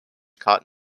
caught